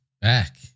Back